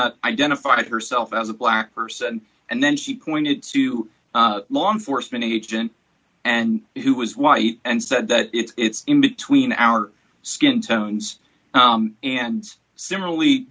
identified herself as a black person and then she pointed to a law enforcement agent and who was white and said that it's in between our skin tones and similarly